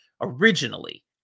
originally